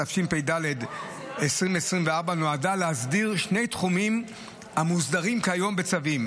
תשפ"ד 2024 נועדה להסדיר שני תחומים המוסדרים כיום בצווים.